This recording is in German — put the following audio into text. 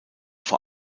vor